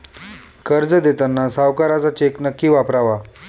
कर्ज देताना सावकाराचा चेक नक्की वापरावा